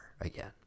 again